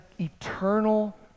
eternal